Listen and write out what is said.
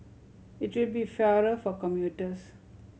it will be fairer for commuters